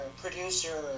producer